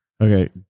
Okay